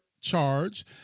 charge